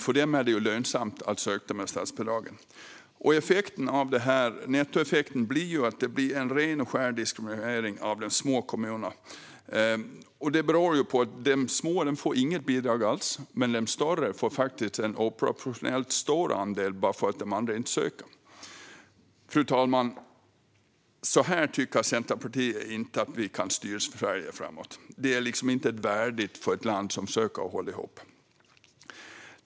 För dem är det lönsamt att söka statsbidragen. Nettoeffekten blir en ren och skär diskriminering av de små kommunerna. De små får inte något bidrag alls, men de större får en oproportionellt stor andel eftersom de andra inte söker. Fru talman! Centerpartiet tycker inte att Sverige kan styras på det här sättet framöver. Det är inte värdigt ett land som försöker hålla ihop.